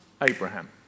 Abraham